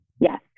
Yes